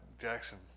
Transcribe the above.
Jackson